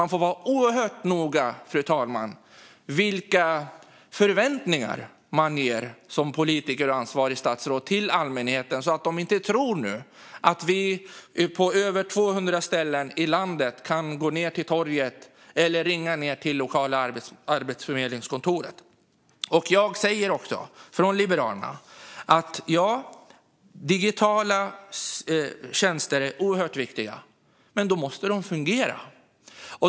Man får vara oerhört noga med vilka förväntningar man som politiker och ansvarigt statsråd ger till allmänheten så att människor nu inte tror att de på över 200 ställen i landet kan gå ned till torget eller ringa ned till det lokala arbetsförmedlingskontoret. Jag säger från Liberalerna att digitala tjänster är oerhört viktiga. Men då måste de fungera.